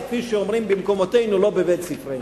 אז כפי שאומרים במקומותינו: לא בבית-ספרנו.